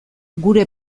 gure